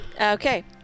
Okay